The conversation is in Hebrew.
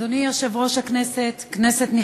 אדוני יושב-ראש הכנסת, כנסת נכבדה,